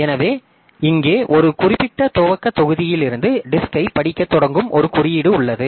எனவே இங்கே ஒரு குறிப்பிட்ட துவக்கத் தொகுதியிலிருந்து வட்டைப் படிக்கத் தொடங்கும் ஒரு குறியீடு உள்ளது